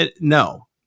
no